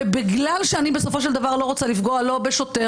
ובגלל שבסופו של דבר אני לא רוצה לפגוע לא בשוטר,